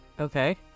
okay